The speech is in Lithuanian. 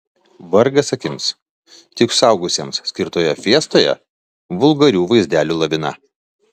vargas akims tik suaugusiems skirtoje fiestoje vulgarių vaizdelių lavina